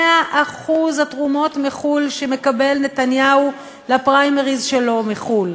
100% התרומות שמקבל נתניהו לפריימריז שלו הן מחו"ל,